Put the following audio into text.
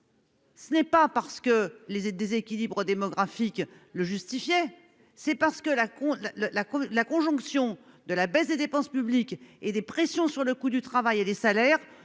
Ce n'est pas parce que les déséquilibres démographiques le justifiait. C'est parce que la compte le la la conjonction de la baisse des dépenses publiques et des pressions sur le coût du travail et des salaires,